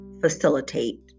facilitate